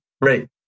Right